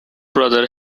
brother